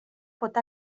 pot